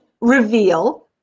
reveal